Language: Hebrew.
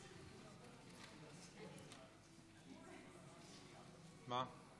מה?